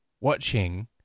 watching